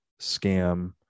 scam